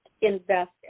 invest